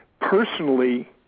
personally